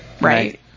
Right